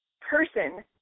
person